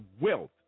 wealth